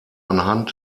anhand